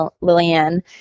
Lillian